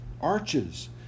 arches